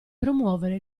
promuovere